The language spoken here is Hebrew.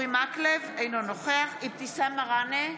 אינו נוכח אבתיסאם מראענה,